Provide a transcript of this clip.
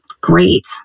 great